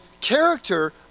character